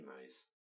Nice